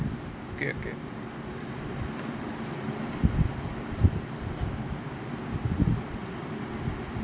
okay okay